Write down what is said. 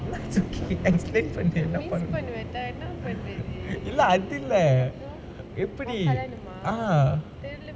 that's okay என்ன பண்ண இல்ல அதில்ல எப்பிடி:enna panna illa athilla eppidi eh